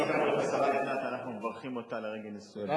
השרה לבנת, אנחנו מברכים אותה לרגל נישואי בנה.